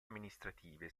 amministrative